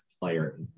player